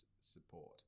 support